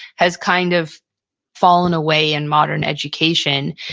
has kind of fallen away in modern education.